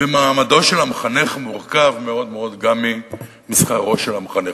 ומעמדו של המחנך מורכב מאוד מאוד גם משכרו של המחנך.